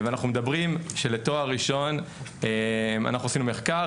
עשינו מחקר,